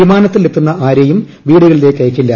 വിമാനത്തിൽ എത്തുന്ന ആരെയും വീടുകളിലേയ്ക്ക് അയയ്ക്കില്ല